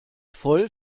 voll